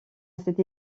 cette